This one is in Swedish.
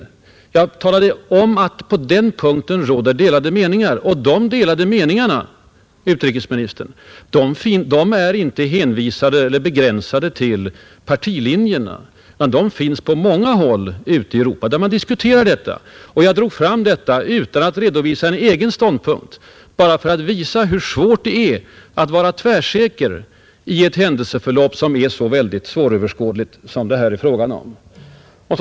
Jag erinrade om att det på den punkten råder delade meningar. Och de delade meningarna är inte, herr utrikesminister, begränsade efter partilinjerna — de finns på många håll i Europa. Jag drog fram detta utan att redovisa en egen ståndpunkt, bara för att visa hur svårt det är att vara tvärsäker rörande ett händelseförlopp som är så svåröverskådligt som den tyska östpolitiken.